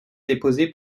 déposé